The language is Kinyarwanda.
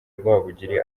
rwabugili